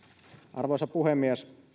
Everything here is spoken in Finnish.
arvoisa puhemies